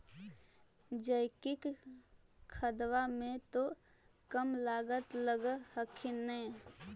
जैकिक खदबा मे तो कम लागत लग हखिन न?